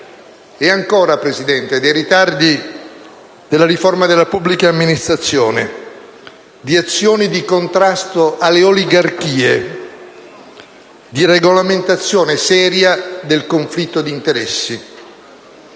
signor Presidente, parlo dei ritardi della riforma della pubblica amministrazione, di azioni di contrasto alle oligarchie, di regolamentazione seria del conflitto di interessi.